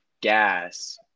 gas